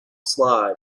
slide